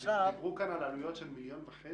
דיברו כאן על עלויות של 1.5 מיליון.